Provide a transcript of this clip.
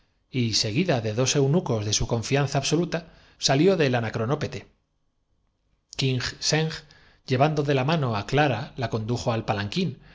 y seguida de adujo king seng vuestra egregia persona dos eunucos de su confianza absoluta salió del anano debe exponerse todo está ya previsto para caer cronópete king seng llevando de la mano á clara la oportunamente sobre el tirano cuando menos lo pre condujo al palanquín y